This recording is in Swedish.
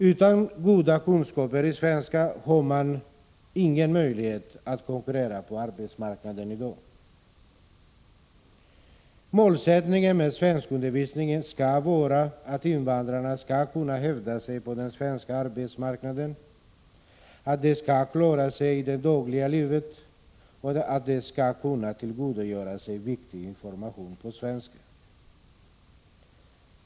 Utan goda kunskaper i svenska har man ingen möjlighet att konkurrera på arbetsmarknaden i dag. Målsättningen med svenskundervisningen skall vara att invandrarna skall kunna hävda sig på den svenska arbetsmarknaden, att de skall kunna klara sig i det dagliga livet och att de skall kunna tillgodogöra sig viktig information på svenska.